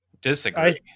disagree